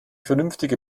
vernünftige